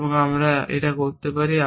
এবং আমরা করতে পারি